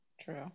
True